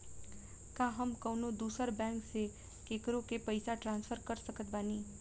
का हम कउनों दूसर बैंक से केकरों के पइसा ट्रांसफर कर सकत बानी?